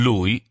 Lui